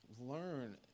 learn